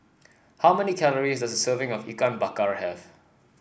how many calories does a serving of Ikan Bakar have